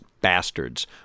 Bastards